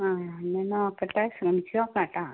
ആ ഞാൻ നോക്കട്ടെ ശ്രമിച്ച് നോക്കാം കേട്ടോ